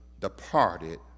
departed